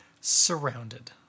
surrounded